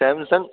Samsung